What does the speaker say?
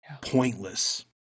pointless